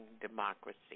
Democracy